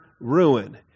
ruin